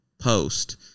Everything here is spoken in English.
post